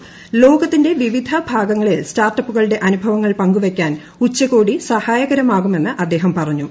പ്ലോകത്തിന്റെ വിവിധ ഭാഗങ്ങളിൽ സ്റ്റാർട്ടപ്പുകളുടെ അർമുഭ്വങ്ങൾ പങ്കുവയ്ക്കാൻ ഉച്ചകോടി സഹായകരമാകു്മെന്ന് അദ്ദേഹം പറഞ്ഞു